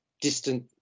distant